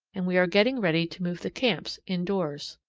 and we are getting ready to move the camps indoors.